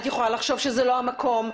את יכולה לחשוב שזה לא המקום,